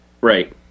Right